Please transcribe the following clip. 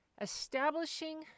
establishing